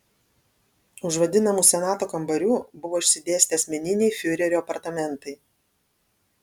už vadinamų senato kambarių buvo išsidėstę asmeniniai fiurerio apartamentai